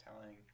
telling